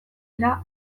dira